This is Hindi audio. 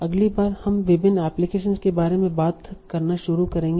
अगली बार हम विभिन्न एप्लीकेशनस के बारे में बात करना शुरू करेंगे